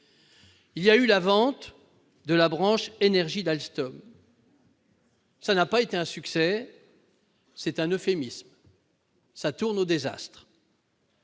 Il y a eu la vente de la branche énergie d'Alstom. Cela n'a pas été un succès- c'est un euphémisme ! Cela tourne au désastre